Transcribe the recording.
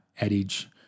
adage